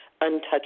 untouched